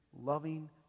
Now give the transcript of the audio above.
loving